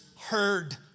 heard